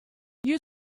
you